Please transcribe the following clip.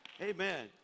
Amen